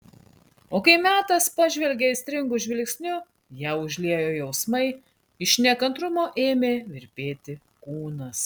o kai metas pažvelgė aistringu žvilgsniu ją užliejo jausmai iš nekantrumo ėmė virpėti kūnas